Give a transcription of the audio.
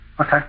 okay